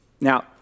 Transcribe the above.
Now